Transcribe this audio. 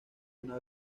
una